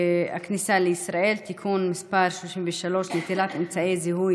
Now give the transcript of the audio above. לישראל (תיקון מס' 33) (נטילת אמצעי זיהוי